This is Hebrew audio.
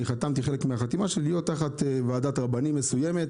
אני חתמתי שאני אהיה תחת ועדת רבנים מסוימת,